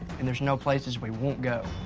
and there's no places we won't go.